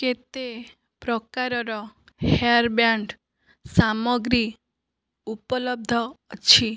କେତେ ପ୍ରକାରର hair band ସାମଗ୍ରୀ ଉପଲବ୍ଧ ଅଛି